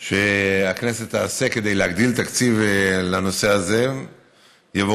שהכנסת תעשה כדי להגדיל תקציב לנושא הזה תבורך,